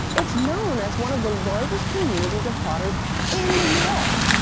it's known as one of the largest communities of potters in the us.